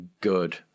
good